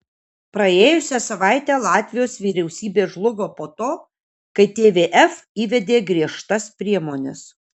praėjusią savaitę latvijos vyriausybė žlugo po to kai tvf įvedė griežtas priemones